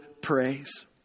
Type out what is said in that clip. praise